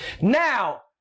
Now